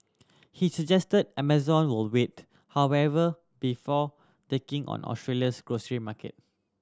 he suggested Amazon would wait however before taking on Australia's grocery market